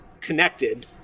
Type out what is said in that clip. connected